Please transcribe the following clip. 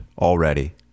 already